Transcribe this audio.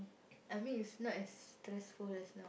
I mean it's not as stressful as now